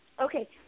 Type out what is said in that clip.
Okay